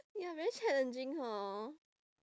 ya very challenging hor